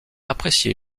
apprécié